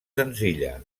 senzilla